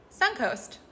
Suncoast